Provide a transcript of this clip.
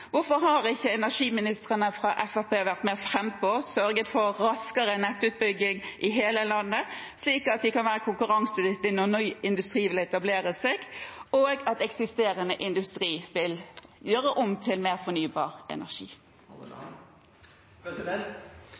Hvorfor har ikke energiministrene fra Fremskrittspartiet vært mer frampå, sørget for raskere nettutbygging i hele landet, slik at man kan være konkurransedyktig når ny industri vil etablere seg, og eksisterende vil gjøre om til mer fornybar energi?